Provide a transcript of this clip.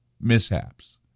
mishaps